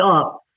up